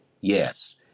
Yes